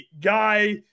guy